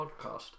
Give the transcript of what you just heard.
podcast